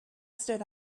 stood